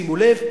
שימו לב,